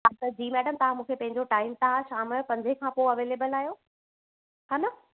हा त जी मैडम मूंखे पंहिंजो टाइम तव्हां शाम जो पंजे खां पोइ अवेलेबल आयो हा न